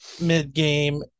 mid-game